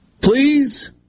Please